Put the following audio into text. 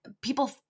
people